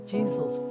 Jesus